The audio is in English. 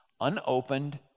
unopened